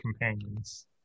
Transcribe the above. companions